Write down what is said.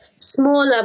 smaller